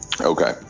Okay